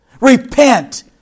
Repent